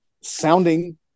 sounding